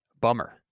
bummer